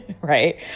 Right